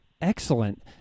Excellent